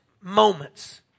moments